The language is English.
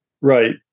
right